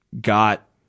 got